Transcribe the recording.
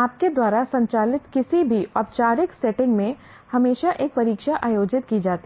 आपके द्वारा संचालित किसी भी औपचारिक सेटिंग में हमेशा एक परीक्षा आयोजित की जाती है